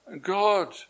God